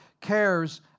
cares